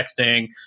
texting